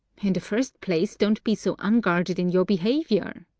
in the first place, don't be so unguarded in your behaviour.